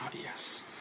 Yes